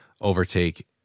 overtake